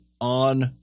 on